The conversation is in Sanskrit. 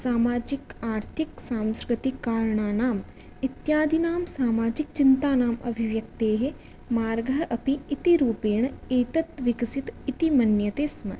सामाजिक आर्थिकसांस्कृतिककारणानाम् इत्यादीनां सामाजिकचिन्तानाम् अभिव्यक्तेः मार्गः अपि इति रूपेण एतद् विकसितम् इति मन्यते स्म